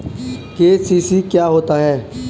KCC क्या होता है?